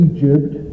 Egypt